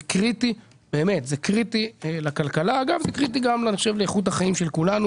כי זה קריטי לכלכלה וקריטי לאיכות החיים של כולנו